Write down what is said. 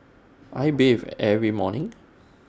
I bathe every morning